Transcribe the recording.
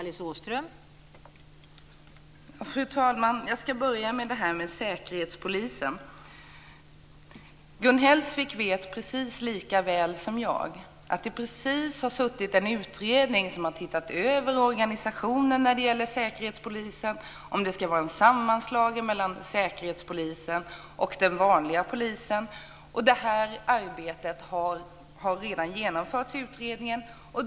Fru talman! Jag ska börja med Säkerhetspolisen. Gun Hellsvik vet precis lika väl som jag att det precis har suttit en utredning som har tittat över organisationen när det gäller Säkerhetspolisen, om det ska vara en sammanslagning mellan Säkerhetspolisen och den vanliga polisen. Det arbetet har redan genomförts i utredningen.